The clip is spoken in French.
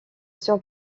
sur